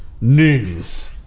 news